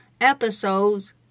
episodes